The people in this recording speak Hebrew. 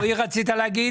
רועי, רצית להגיד משהו?